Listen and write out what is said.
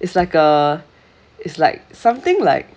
it's like a it's like something like